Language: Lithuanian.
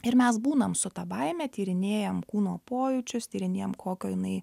ir mes būnam su ta baime tyrinėjam kūno pojūčius tyrinėjam kokio jinai